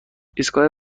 ایستگاه